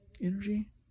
energy